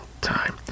time